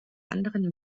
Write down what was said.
anderen